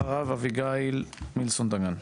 תודה רבה,